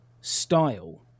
style